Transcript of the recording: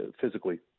physically